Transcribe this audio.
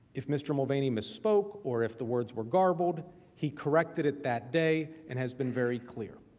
if mr. mulvaney misspoke or if the words were garbled he corrected it that day and has been very clear.